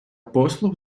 послуг